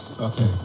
Okay